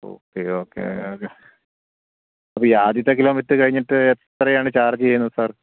okay okay okay അപ്പോൾ ഈ ആദ്യത്തെ കിലോമീറ്റര് കഴിഞ്ഞിട്ട് എത്രയാണ് ചാര്ജ് ചെയ്യുന്നത് സാര്